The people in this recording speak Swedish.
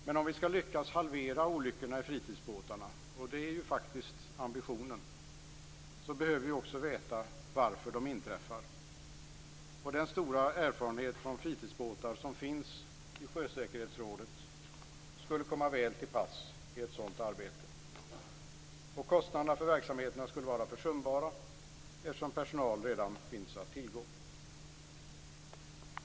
Men om vi skall lyckas halvera antalet olyckor med fritidsbåtar, och det är faktiskt ambitionen, behöver vi också veta varför de inträffar. Den stora erfarenhet från fritidsbåtar som finns i Sjösäkerhetsrådet skulle komma väl till pass i ett sådant arbete. Kostnaderna för verksamheten skulle vara försumbara eftersom personal redan finns att tillgå.